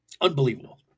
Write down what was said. unbelievable